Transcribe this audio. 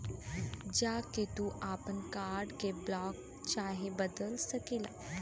जा के तू आपन कार्ड के ब्लाक चाहे बदल सकेला